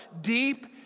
deep